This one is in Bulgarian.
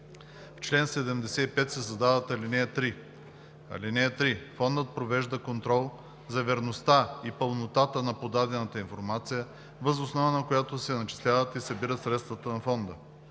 чл. 75 се създава ал. 3: „(3) Фондът провежда контрол за верността и пълнотата на подадената информация, въз основа на която се начисляват и събират средствата на фонда.“